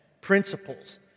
principles